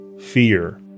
fear